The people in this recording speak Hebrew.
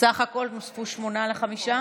בסך הכול נוספו שמונה לחמישה